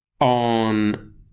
on